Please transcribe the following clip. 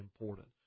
important